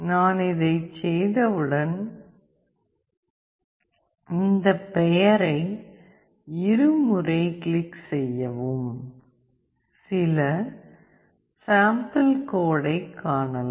நான் இதைச் செய்தவுடன் இந்த பெயரை இருமுறை கிளிக் செய்யவும் சில சாம்பிள் கோடைக் காணலாம்